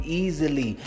easily